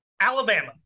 Alabama